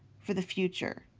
for the future,